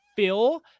Fill